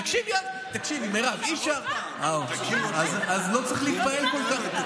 תקשיבי, מירב, אז לא צריך להתפעל כל כך.